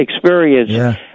experience